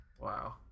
wow